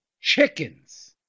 Chickens